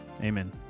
Amen